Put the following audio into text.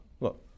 Look